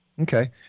Okay